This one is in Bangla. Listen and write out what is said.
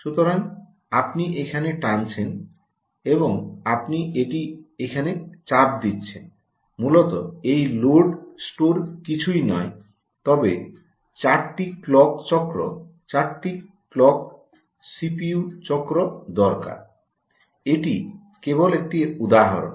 সুতরাং আপনি এখানে টানছেন এবং আপনি এটি এখানে চাপ দিচ্ছেন মূলত এই লোড স্টোরটি কিছুই নয় তবে 4 টি ক্লক চক্র 4 টি ক্লক সিপিইউ চক্র দরকার এটি কেবল একটি উদাহরণ